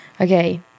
Okay